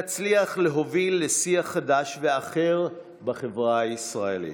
תצליח להוביל לשיח חדש ואחר בחברה הישראלית,